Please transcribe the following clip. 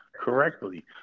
correctly